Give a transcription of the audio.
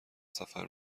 سفر